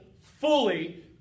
fully